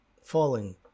falling